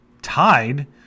tied